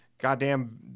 goddamn